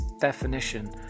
definition